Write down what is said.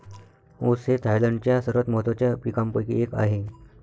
ऊस हे थायलंडच्या सर्वात महत्त्वाच्या पिकांपैकी एक आहे